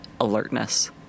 alertness